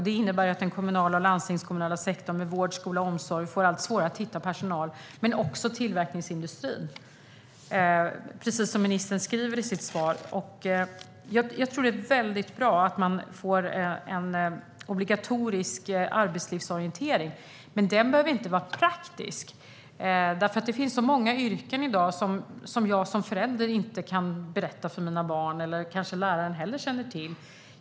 Det innebär att den kommunala och landstingskommunala sektorn med vård, skola och omsorg får allt svårare att hitta personal, men också tillverkningsindustrin, precis som ministern skriver i sitt svar. Det är väldigt bra att man får en obligatorisk arbetslivsorientering, men den behöver inte vara praktisk. Det finns i dag så många yrken som jag som förälder inte kan berätta om för mina barn och som kanske inte heller läraren känner till.